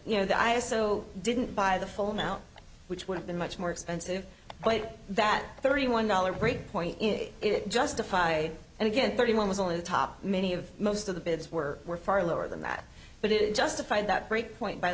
you know that i also didn't buy the full amount which would have been much more expensive but that thirty one dollars breakpoint it justify and again thirty one was on the top many of most of the bids were were far lower than that but it justified that great point by